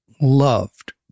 loved